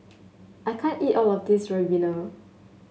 I can't eat all of this ribena